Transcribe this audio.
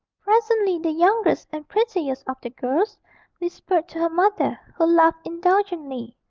presently the youngest and prettiest of the girls whispered to her mother, who laughed indulgently.